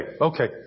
Okay